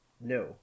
no